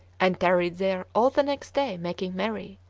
and tarried there all the next day making merry,